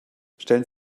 stellen